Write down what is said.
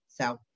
So-